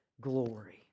glory